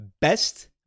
Best